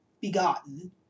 begotten